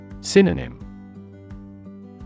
synonym